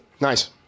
Nice